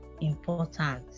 important